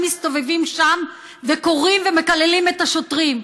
מסתובבים שם וקוראים ומקללים את השוטרים.